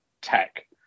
tech